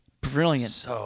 Brilliant